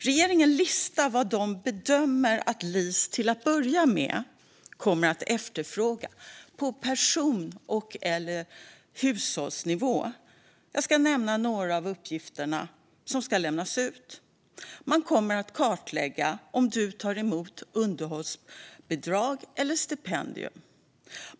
Regeringen listar vad de bedömer att LIS till att börja med kommer att efterfråga på person eller hushållsnivå. Jag ska nämna några av uppgifterna som ska lämnas ut. Man kommer att kartlägga om du tar emot underhållsbidrag eller stipendium.